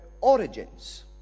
origins